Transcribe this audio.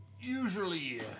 Usually